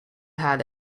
had